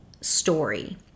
story